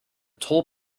toll